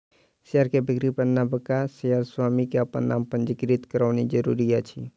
share के बिक्री पर नबका शेयर स्वामी के अपन नाम पंजीकृत करौनाइ जरूरी अछि